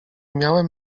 miałem